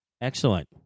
Excellent